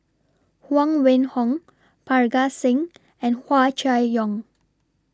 Huang Wenhong Parga Singh and Hua Chai Yong